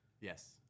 Yes